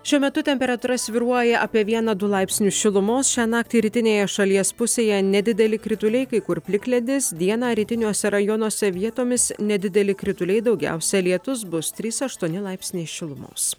šiuo metu temperatūra svyruoja apie vieną du laipsnius šilumos šią naktį rytinėje šalies pusėje nedideli krituliai kai kur plikledis dieną rytiniuose rajonuose vietomis nedideli krituliai daugiausia lietus bus trys aštuoni laipsniai šilumos